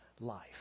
life